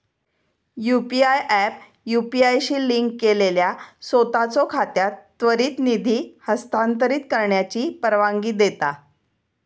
UPI app UPI शी link केलेल्या सोताचो खात्यात त्वरित निधी हस्तांतरित करण्याची परवानगी देता